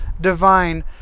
divine